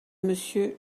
monsieur